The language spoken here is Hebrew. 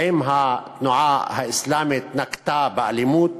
האם התנועה האסלאמית נקטה אלימות?